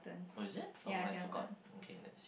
oh is it oh I forgot okay let's